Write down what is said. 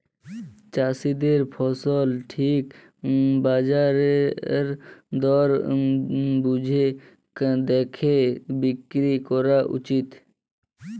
চাষীদের ফসল ঠিক বাজার দর বুঝে দ্যাখে বিক্রি ক্যরা উচিত